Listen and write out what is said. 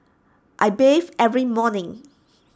I bathe every morning